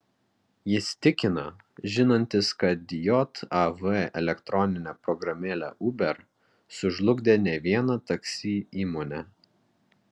jis tikina žinantis kad jav elektroninė programėlė uber sužlugdė ne vieną taksi įmonę